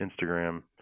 Instagram